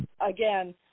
Again